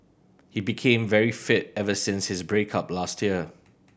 he became very fit ever since his break up last year